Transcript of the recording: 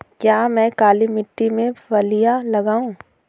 क्या मैं काली मिट्टी में फलियां लगाऊँ?